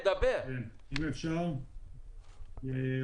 מה לעשות שהרבה מאוד פעמים כשמחליפים יש יותר משני מכלים,